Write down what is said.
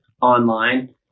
online